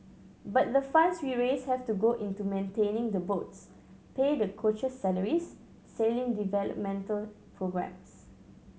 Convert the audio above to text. but the funds we raise have to go into maintaining the boats pay the coaches salaries sailing developmental programmes